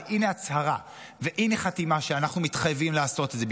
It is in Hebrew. אבל הינה הצהרה והינה חתימה שאנחנו מתחייבים לעשות את זה,